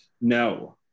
no